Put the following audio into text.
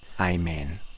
Amen